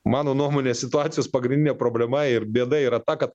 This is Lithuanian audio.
mano nuomone situacijos pagrindinė problema ir bėda yra ta kad